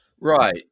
Right